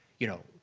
you know,